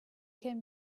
came